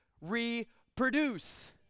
reproduce